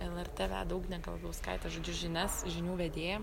lrt veda ugnė galadauskaitė žodžiu žinias žinių vedėja